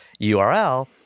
URL